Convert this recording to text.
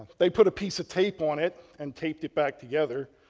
they put a piece of tape on it, and taped it back together,